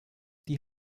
die